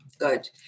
Good